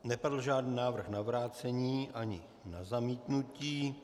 Nepadl žádný návrh na vrácení ani na zamítnutí.